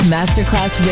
Masterclass